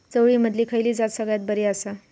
चवळीमधली खयली जात सगळ्यात बरी आसा?